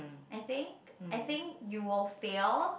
I think I think you will fail